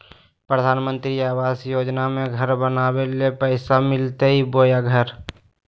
प्रधानमंत्री आवास योजना में घर बनावे ले पैसा मिलते बोया घर?